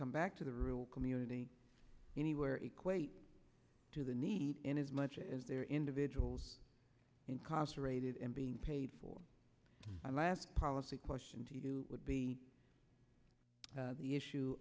come back to the real community anywhere equate to the need in as much as there are individuals incarcerated and being paid for my last policy question to you would be the issue